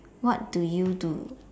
what do you do